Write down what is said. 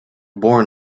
born